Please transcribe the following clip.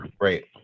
right